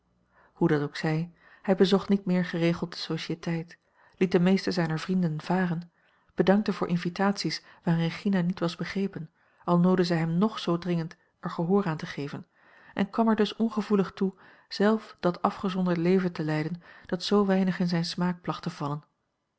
hoe dat ook zij hij bezocht niet meer geregeld de sociëteit liet de meeste zijner vrienden varen bedankte voor invitaties waarin regina niet was begrepen al noodde zij hem ng zoo dringend er gehoor aan te geven en kwam er dus ongevoelig toe zelf dat afgezonderd leven te leiden dat zoo weinig a l g bosboom-toussaint langs een omweg in zijn smaak placht te vallen